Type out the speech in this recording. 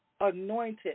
anointed